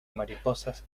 mariposas